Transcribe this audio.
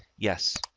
yes.